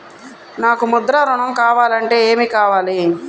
నాకు ముద్ర ఋణం కావాలంటే ఏమి కావాలి?